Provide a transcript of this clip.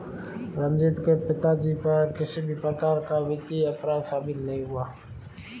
रंजीत के पिताजी पर किसी भी प्रकार का वित्तीय अपराध साबित नहीं हुआ